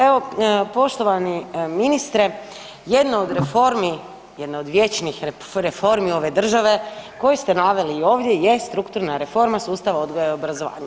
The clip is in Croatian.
Evo, poštovani ministre, jedno od reformi, jedno od vječnih reformi ove države koju ste naveli i ovdje je strukturna reforma sustava odgoja i obrazovanja.